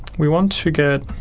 we want to get